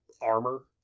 armor